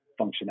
functionality